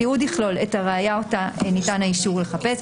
התיעוד יכלול את הראיה שאותה אושר לחפש,